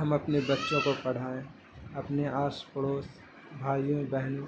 ہم اپنے بچوں کو پڑھائیں اپنے آس پڑوس بھائیوں بہنوں